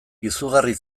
izugarri